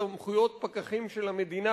סמכויות פקחים של המדינה,